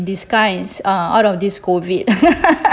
disguise uh out of this COVID